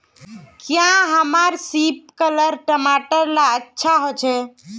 क्याँ हमार सिपकलर टमाटर ला अच्छा होछै?